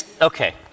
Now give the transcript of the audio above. okay